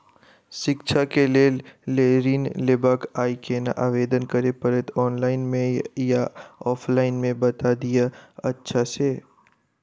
शिक्षा केँ लेल लऽ ऋण लेबाक अई केना आवेदन करै पड़तै ऑनलाइन मे या ऑफलाइन मे बता दिय अच्छा सऽ?